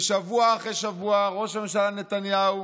ושבוע אחרי שבוע ראש הממשלה נתניהו